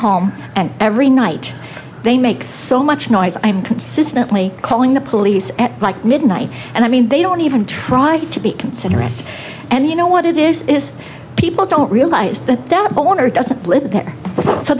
home every night they make so much noise i'm consistently calling the police at midnight and i mean they don't even try to be considerate and you know what it is people don't realize that that border doesn't live there so